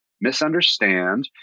misunderstand